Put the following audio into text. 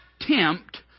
tempt